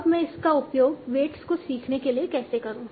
अब मैं इसका उपयोग वेट्स को सीखने के लिए कैसे करूं